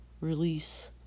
release